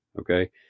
okay